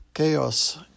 Chaos